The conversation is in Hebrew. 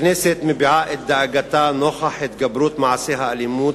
הכנסת מביעה את דאגתה נוכח התגברות מעשי האלימות